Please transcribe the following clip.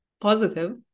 positive